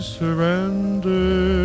surrender